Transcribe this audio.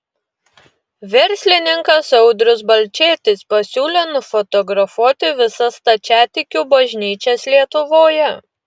verslininkas audrius balčėtis pasiūlė nufotografuoti visas stačiatikių bažnyčias lietuvoje